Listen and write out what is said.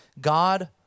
God